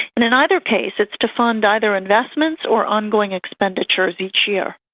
and in either case it's to fund either investments or ongoing expenditures each year.